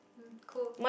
mm cool